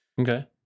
Okay